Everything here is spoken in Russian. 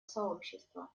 сообщества